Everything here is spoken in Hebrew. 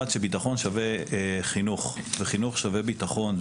אחד, שביטחון שווה חינוך, וחינוך שווה ביטחון.